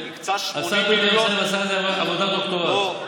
השר דודי אמסלם עשה על זה עבודת דוקטורט.